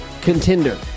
contender